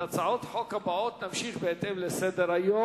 את הצעות החוק הבאות נמשיך בהתאם לסדר-היום,